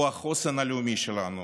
הוא החוסן הלאומי שלנו,